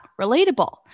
relatable